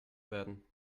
werden